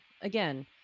again